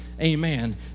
Amen